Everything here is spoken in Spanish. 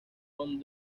con